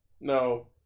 No